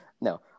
No